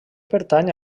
pertany